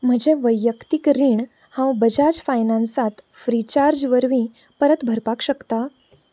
म्हजे वैयक्तीक रीण हांव बजाज फायनान्सात फ्रीचार्ज वरवीं परत भरपाक शकता